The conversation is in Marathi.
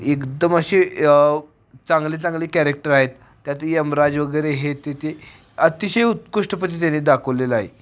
एकदम असे चांगले चांगले कॅरेक्टर आहेत त्यात यमराज वगैरे हे तिथे अतिशय उत्कृष्टपद्धतीने दाखवलेलं आहे